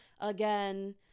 Again